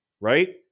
right